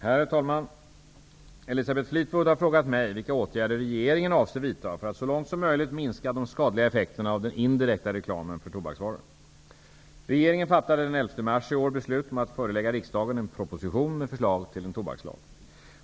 Herr talman! Elisabeth Fleetwood har frågat mig vilka åtgärder regeringen avser vidta för att så långt som möjligt minska de skadliga effekterna av den indirekta reklamen för tobaksvaror. Regeringen fattade den 11 mars i år beslut om att förelägga riksdagen en proposition med förslag till en tobakslag.